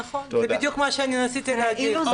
נכון, זה בדיוק מה שאני רציתי להגיד.